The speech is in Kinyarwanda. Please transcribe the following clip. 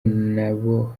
nabo